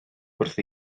wrth